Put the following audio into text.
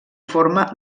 forma